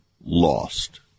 lost